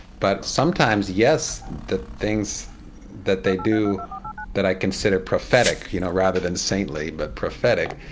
but sometimes, yes, the things that they do that i consider prophetic, you know, rather than saintly, but prophetic,